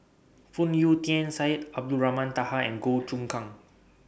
Phoon Yew Tien Syed Abdulrahman Taha and Goh Choon Kang